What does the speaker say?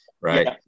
right